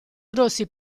grossi